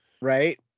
right